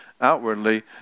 outwardly